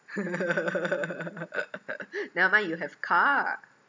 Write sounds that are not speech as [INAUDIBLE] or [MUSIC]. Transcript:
[LAUGHS] never mind you have car